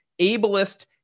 ableist